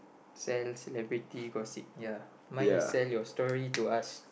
sell celebrity gossip ya mine is share your story to us